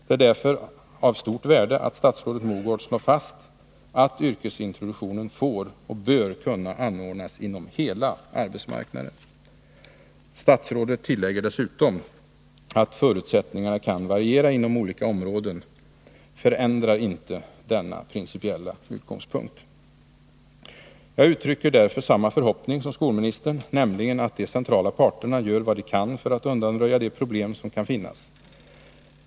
Det är därför av stort värde att statsrådet Mogård slår fast att yrkesintroduktion får och bör kunna anordnas inom hela arbetsmarknaden. Statsrådet tillägger: ”Att förutsättningarna kan variera inom olika områden förändrar inte denna principiella utgångspunkt.” Jag uttrycker därför samma förhoppning som skolministern, nämligen att de centrala parterna gör vad de kan för att undanröja de problem som kan finnas.